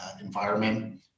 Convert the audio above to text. environment